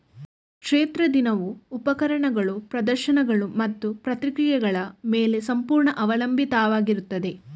ಕ್ಷೇತ್ರ ದಿನವು ಉಪಕರಣಗಳು, ಪ್ರದರ್ಶನಗಳು ಮತ್ತು ಪ್ರಕ್ರಿಯೆಗಳ ಮೇಲೆ ಸಂಪೂರ್ಣ ಅವಲಂಬಿತವಾಗಿರುತ್ತದೆ